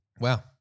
Wow